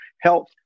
health